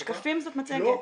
שקפים זאת מצגת.